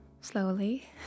slowly